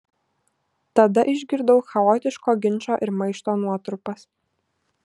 tada išgirdau chaotiško ginčo ir maišto nuotrupas